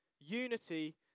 Unity